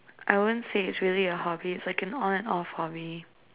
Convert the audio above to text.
I won't say is really a hobby it's like an on and off hobby